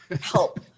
help